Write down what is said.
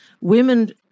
Women